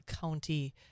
county